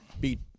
beat